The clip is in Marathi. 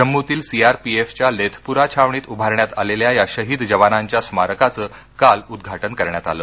जम्मूतील सीआरपीएफच्या लेथपूरा छावणीत उभारण्यात आलेल्या या शहीद जवानांच्या स्मारकाचं काल उद्वाटन करण्यात आलं